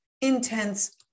intense